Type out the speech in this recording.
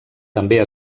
també